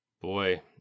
Boy